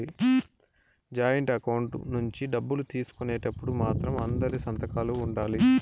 joint account నుంచి డబ్బులు తీసుకునేటప్పుడు మాత్రం అందరి సంతకాలు ఉండాలి